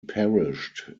perished